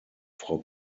frau